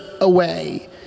away